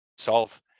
solve